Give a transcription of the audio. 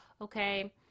Okay